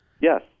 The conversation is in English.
Yes